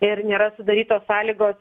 ir nėra sudarytos sąlygos